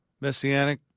Messianic